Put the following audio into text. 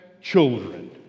children